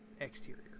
exterior